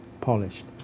polished